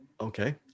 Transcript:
Okay